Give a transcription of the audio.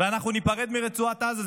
אנחנו ניפרד מרצועת עזה,